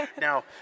Now